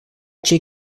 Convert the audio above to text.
cei